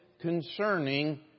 concerning